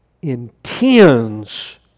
intends